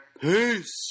Peace